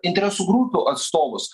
interesų grupių atstovus